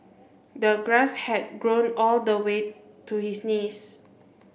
the grass had grown all the way to his knees